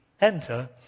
enter